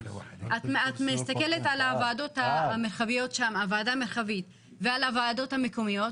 את מסתכלת על הוועדה המרחבית שם והוועדות המקומיות,